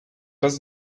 does